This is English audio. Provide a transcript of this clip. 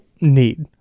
need